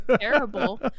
terrible